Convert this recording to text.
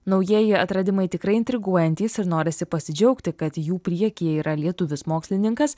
naujieji atradimai tikrai intriguojantys ir norisi pasidžiaugti kad jų priekyje yra lietuvis mokslininkas